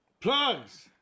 Plugs